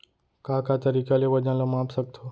का का तरीक़ा ले वजन ला माप सकथो?